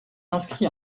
inscrit